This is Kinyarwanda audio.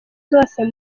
zose